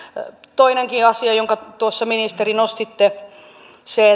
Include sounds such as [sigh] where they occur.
toinenkin asia jonka ministeri nostitte on se [unintelligible]